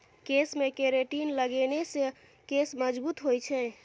केशमे केरेटिन लगेने सँ केश मजगूत होए छै